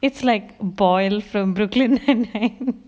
it's like boyd from brooklyn